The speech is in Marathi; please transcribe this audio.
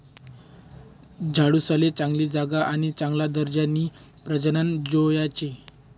झाडूसले चांगली जागा आणि चांगला दर्जानी प्रजनन जोयजे